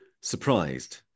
surprised